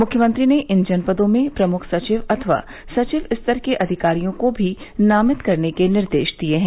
मुख्यमंत्री ने इन जनपदों में प्रमुख सचिव अथवा सचिव स्तर के अधिकारियों को भी नामित करने के निर्देश दिए हैं